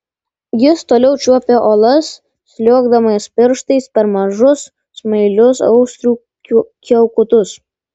jis toliau čiuopė uolas sliuogdamas pirštais per mažus smailius austrių kiaukutus